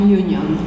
union